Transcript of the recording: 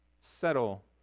settle